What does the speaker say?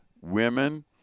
Women